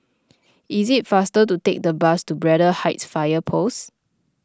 it is faster to take the bus to Braddell Heights Fire Post